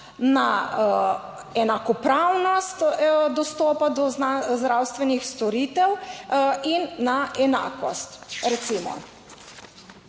na enakopravnost dostopa do zdravstvenih storitev in na enakost - recimo